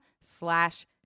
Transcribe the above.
slash